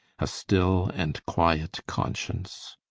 a still, and quiet conscience.